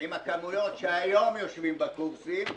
עם הכמויות שהיום יושבים בקורסים,